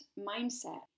mindset